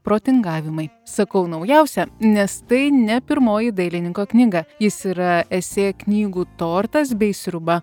protingavimai sakau naujausią nes tai ne pirmoji dailininko knyga jis yra esė knygų tortas bei sriuba